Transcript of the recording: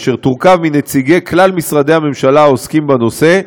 אשר חבריה יהיו נציגי כלל משרדי הממשלה העוסקים בנושא,